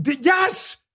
Yes